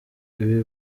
ibi